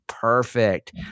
perfect